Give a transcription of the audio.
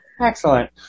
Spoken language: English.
Excellent